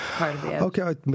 Okay